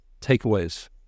takeaways